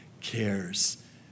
cares